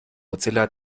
mozilla